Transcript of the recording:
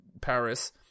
Paris